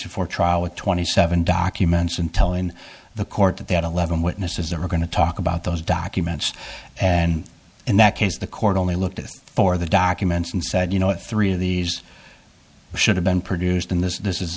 exit for trial with twenty seven documents and telling the court that they had eleven witnesses that were going to talk about those documents and in that case the court only looked for the documents and said you know three of these should have been produced in this this is